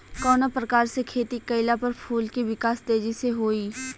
कवना प्रकार से खेती कइला पर फूल के विकास तेजी से होयी?